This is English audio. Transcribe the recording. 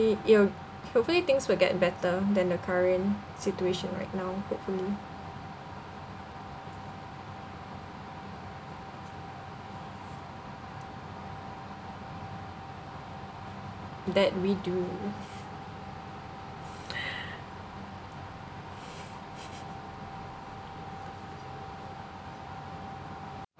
it'll hopefully things will get better than the current situation right now hopefully that we do